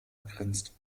begrenzt